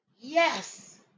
yes